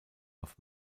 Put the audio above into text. auf